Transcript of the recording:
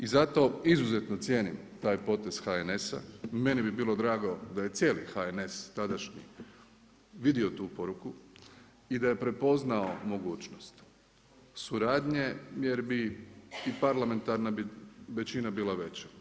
I zato izuzetno cijenim taj potez HNS-a, meni bi bilo drago da je cijeli HNS, tadašnji, vidio tu poruku i da je prepoznao mogućnost suradnje jer bi i parlamentarna bi većina bila veća.